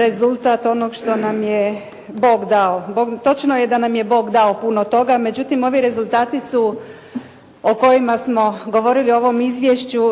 rezultat onoga što nam je Bog dao. Točno je da nam je Bog dao puno toga, međutim, ovi rezultati su, o kojima smo govorili u ovom izvješću,